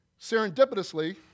Serendipitously